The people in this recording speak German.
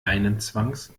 leinenzwangs